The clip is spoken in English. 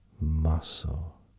muscle